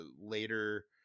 later